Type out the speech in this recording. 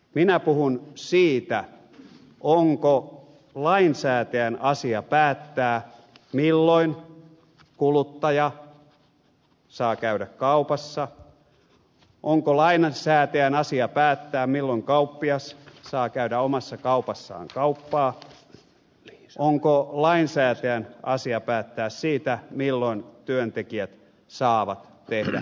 minä puhun siitä onko lainsäätäjän asia päättää milloin kuluttaja saa käydä kaupassa onko lainsäätäjän asia päättää milloin kauppias saa käydä omassa kaupassaan kauppaa onko lainsäätäjän asia päättää siitä milloin työntekijät saavat tehdä työtä